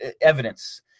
evidence